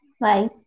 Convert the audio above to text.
Bye